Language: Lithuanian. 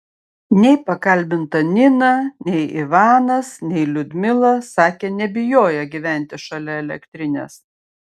nei pakalbinta nina nei ivanas nei liudmila sakė nebijoję gyventi šalia elektrinės